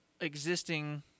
existing